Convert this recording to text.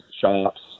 shops